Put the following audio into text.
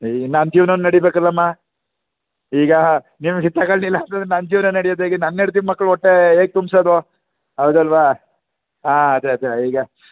ನನ್ನ ಜೀವನ ನಡೀಬೇಕಲಮ್ಮ ಈಗ ನೀವು ಹಿತ್ಲ ಕಂಡೀಲ್ಲಿ ಹಾಕಿದ್ರೆ ನನ್ನ ಜೀವನ ನಡ್ಯೋದು ಹೇಗೆ ನನ್ನ ಹೆಂಡತಿ ಮಕ್ಳ ಹೊಟ್ಟೆ ಹೇಗೆ ತುಂಬ್ಸೋದು ಹೌದಲ್ಲವಾ ಹಾಂ ಅದೇ ಅದೇ ಈಗ